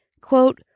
Quote